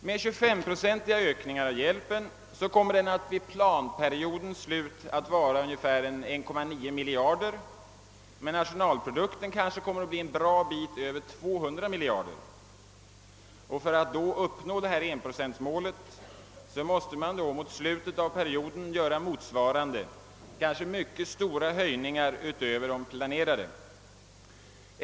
Med 25-procentiga ökningar av hjälpen kommer denna att vid planperiodens slut vara ungefär 1,9 miljard kronor, men nationalprodukten kanske kommer att ligga en bra bit över 200 miljarder. För att uppnå 1-procentsmålet måste man vid slutet av perioden göra motsvarande, kanske mycket stora höjningar utöver de planerade.